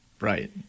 Right